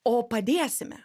o padėsime